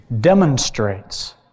demonstrates